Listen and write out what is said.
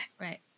Right